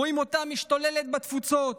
רואים אותה משתוללת בתפוצות.